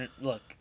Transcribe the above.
Look